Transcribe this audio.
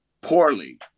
poorly